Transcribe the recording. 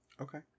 okay